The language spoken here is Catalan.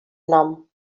nom